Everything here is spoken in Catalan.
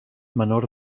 menor